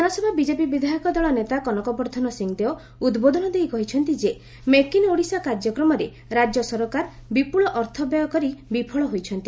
ବିଧାନସଭା ବିଜେପି ବିଧାୟକ ଦଳ ନେତା କନକ ବର୍ଷ୍ନ ସିଂଦେଓ ଉଦ୍ବୋଧନ ଦେଇ କହିଛନ୍ତି ଯେ ମେକ୍ ଇନ୍ ଓଡ଼ିଶା କାର୍ଯ୍ୟକ୍ରମରେ ରାଜ୍ୟ ସରକାର ବିପୁଳ ଅର୍ଥ ବ୍ୟୟ କରି ବିଫଳ ହୋଇଛନ୍ତି